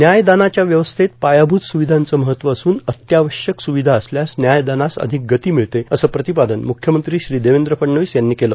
न्यायदानाच्या व्यवस्थेत पायाभूत सुविधांचं महत्त्व असून अत्यावश्यक सुविधा असल्यास न्यायदानास अधिक गती मिळते असं प्रतिपादन मुख्यमंत्री श्री देवेंद्र फडणवीस यांनी केलं